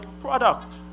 product